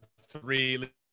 three